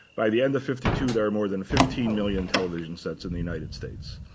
by the end of fifty two, there are more than fifteen million television sets in the united states.